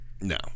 No